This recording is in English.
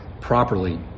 properly